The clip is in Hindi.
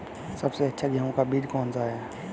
सबसे अच्छा गेहूँ का बीज कौन सा है?